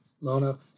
Lona